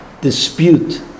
dispute